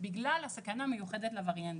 בגלל הסכנה המיוחדת לווריאנטים.